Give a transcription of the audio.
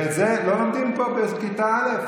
ואת זה לא לומדים פה בכיתה א'.